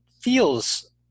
feels